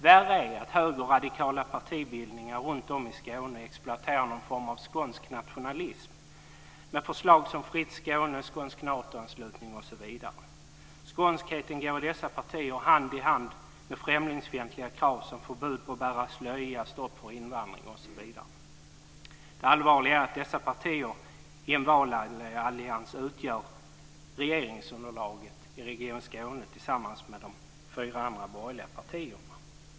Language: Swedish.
Värre är att högerradikala partibildningar runtom i Skåne exploaterar någon form av skånsk nationalism med förslag som ett fritt Skåne, skånsk NATO-anslutning osv. Skånskheten går i dessa partier hand i hand med främlingsfientliga krav som förbud mot att bära slöja, stopp för invandring osv. Det allvarliga är att dessa partier i en valallians utgör regeringsunderlaget i Herr talman!